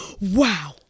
wow